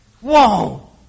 Whoa